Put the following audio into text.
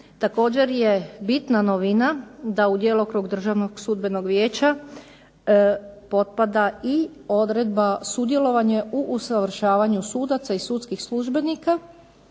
Također je bitna novina da u djelokrug Državnog sudbenog vijeća potpada i odredba sudjelovanje u usavršavanju sudaca i sudskih službenika,